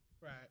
Right